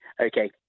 Okay